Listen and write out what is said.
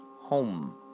home